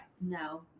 no